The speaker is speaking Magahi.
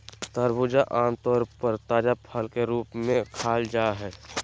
खरबूजा आम तौर पर ताजा फल के रूप में खाल जा हइ